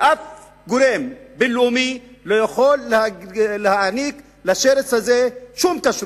שום גורם בין-לאומי לא יכול להעניק לשרץ הזה שום כשרות.